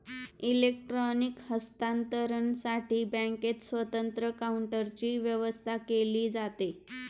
electronic हस्तांतरणसाठी बँकेत स्वतंत्र काउंटरची व्यवस्था केली जाते